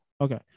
okay